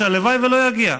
שהלוואי שלא יגיע,